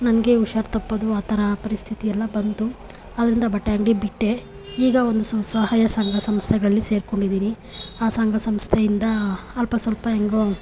ನನಗೆ ಹುಷಾರ್ ತಪ್ಪೋದು ಆ ಥರ ಪರಿಸ್ಥಿತಿಯೆಲ್ಲ ಬಂತು ಆದ್ದರಿಂದ ಬಟ್ಟೆ ಅಂಗಡಿ ಬಿಟ್ಟೆ ಈಗ ಒಂದು ಸ್ವಸಹಾಯ ಸಂಘ ಸಂಸ್ಥೆಗಳಲ್ಲಿ ಸೇರ್ಕೊಂಡಿದೀನಿ ಆ ಸಂಘ ಸಂಸ್ಥೆಯಿಂದ ಅಲ್ಪ ಸ್ವಲ್ಪ ಹೆಂಗೋ